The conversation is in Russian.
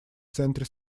центре